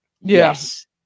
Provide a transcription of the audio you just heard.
Yes